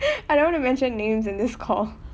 I don't want to mention names in this call